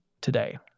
today